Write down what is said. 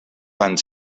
tant